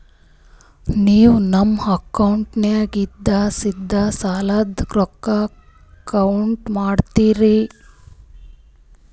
ನೀವು ನಮ್ಮ ಅಕೌಂಟದಾಗಿಂದ ಸೀದಾ ಸಾಲದ ರೊಕ್ಕ ಕಟ್ ಮಾಡ್ಕೋತೀರಿ?